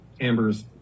amber's